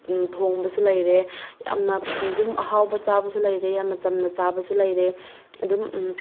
ꯊꯣꯡꯕꯁꯨ ꯂꯩꯔꯦ ꯌꯥꯝꯅ ꯑꯗꯨꯝ ꯑꯍꯥꯎꯕ ꯆꯥꯕꯁꯨ ꯂꯩꯔꯦ ꯌꯥꯥꯝꯅ ꯆꯝꯅ ꯆꯥꯕꯁꯨ ꯂꯩꯔꯦ ꯑꯗꯨꯝ